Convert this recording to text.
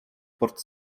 port